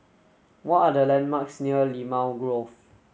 what are the landmarks near Limau Grove